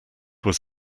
was